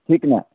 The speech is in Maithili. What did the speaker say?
ठीक ने